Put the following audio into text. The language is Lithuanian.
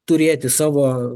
turėti savo